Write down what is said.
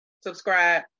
Subscribe